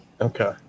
Okay